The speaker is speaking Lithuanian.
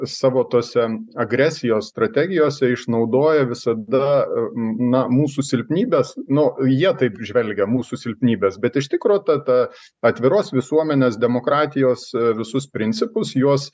savo tose agresijos strategijose išnaudoja visada na mūsų silpnybes nu jie taip žvelgia mūsų silpnybes bet iš tikro ta ta atviros visuomenės demokratijos visus principus juos